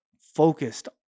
focused